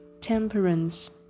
temperance